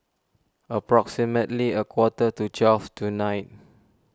approximately a quarter to twelve tonight